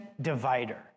divider